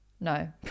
No